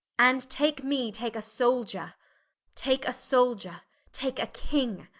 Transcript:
and take me take a souldier take a souldier take a king.